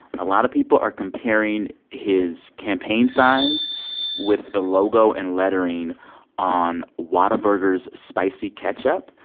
a lot of people are comparing his campaign signs with the logo and lettering on whataburger's spicy ketchup.